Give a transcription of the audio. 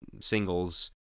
singles